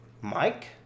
mike